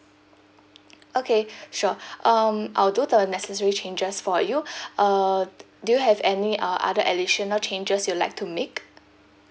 okay sure um I'll do the necessary changes for you uh do you have any uh other additional changes you'd like to make